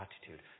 attitude